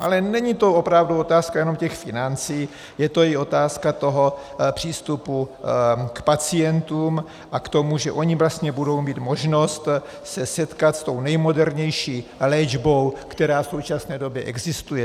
Ale není to opravdu otázka jenom financí, je to i otázka přístupu k pacientům a k tomu, že oni vlastně budou mít možnost se setkat s tou nejmodernější léčbou, která v současné době existuje.